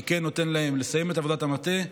אני כן נותן להם לסיים את עבודת המטה,